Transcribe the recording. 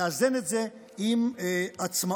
לאזן את זה עם עצמאות,